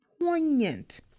poignant